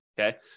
okay